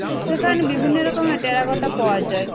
সেখানে বিভিন্ন রকমের টেরাকোটা পাওয়া যায়